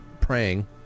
praying